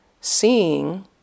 seeing